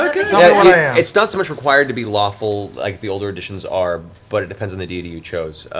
it's not so much required to be lawful, like the older editions are, but it depends on the deity you chose.